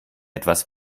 etwas